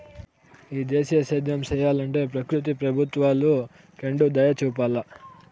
ఈ దేశీయ సేద్యం సెయ్యలంటే ప్రకృతి ప్రభుత్వాలు కెండుదయచూపాల